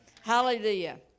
Hallelujah